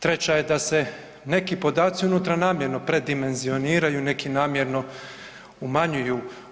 Treća je da se neki podaci unutra namjerno predimenzioniraju, neki namjerno umanjuju.